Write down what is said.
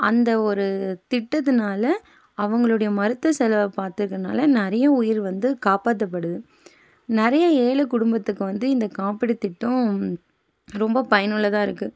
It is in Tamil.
அந்த ஒரு திட்டத்துனால் அவங்களுடைய மருத்துவ செலவு பார்த்துக்கிறதுனால நிறைய உயிர் வந்து காப்பாற்றபடுது நிறைய ஏழை குடும்பத்துக்கு வந்து இந்த காப்பீடு திட்டம் ரொம்ப பயனுள்ளதாக இருக்குது